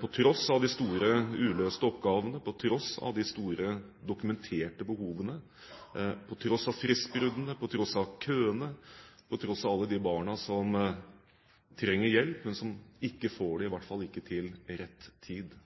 på tross av de store uløste oppgavene, på tross av de store dokumenterte behovene, på tross av fristbruddene, på tross av køene, på tross av alle de barna som trenger hjelp, men som ikke får det, i hvert fall ikke til rett tid?